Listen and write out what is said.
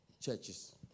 churches